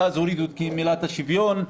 ואז הורידו את המילה שוויון,